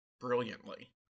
brilliantly